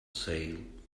sale